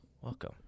Welcome